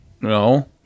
No